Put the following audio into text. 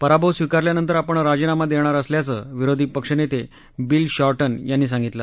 पराभव स्वीकारल्यानंतर ापण राजीनामा देणार असल्याचं विरोधी पक्षनेते बील शॉंधि यांनी सांगितलं